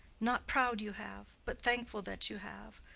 not proud you have, but thankful that you have.